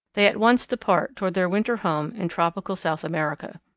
they at once depart toward their winter home in tropical south america.